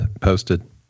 posted